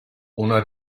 una